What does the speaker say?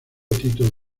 tito